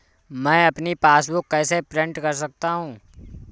मैं अपनी पासबुक कैसे प्रिंट कर सकता हूँ?